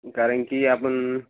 कारणकी आपण